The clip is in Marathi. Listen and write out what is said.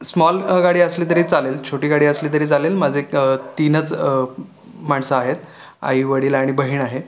स्मॉल गाडी असली तरी चालेल छोटी गाडी असली तरी चालेल माझे तीनच माणसं आहेत आई वडील आणि बहीण आहे